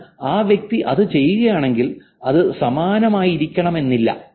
എന്നാൽ ആ വ്യക്തി അത് ചെയ്യുകയാണെങ്കിൽ അത് സമാനമായിരിക്കണമെന്നില്ല